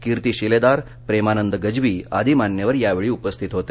कीर्ती शिलेदार प्रेमानंद गज्वी आदी मान्यवर यावेळी उपस्थित होते